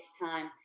time